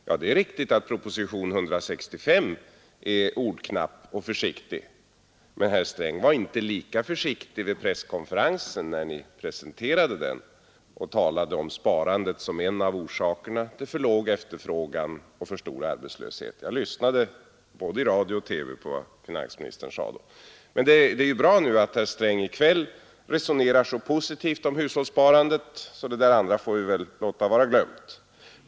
Ja, det är riktigt att propositionen 165 är ordknapp och försiktig, men herr Sträng var inte lika försiktig vid presskonferensen när han presenterade den och talade om sparandet som en av orsakerna till för låg efterfrågan och för stor arbetslöshet. Jag lyssnade, både i radio och TV, på vad finansministern sade då. Det är bra att herr Sträng i kväll resonerar så positivt om hushållssparandet, så det andra får vi låta vara glömt.